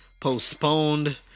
postponed